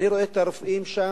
אני רואה את הרופאים שם,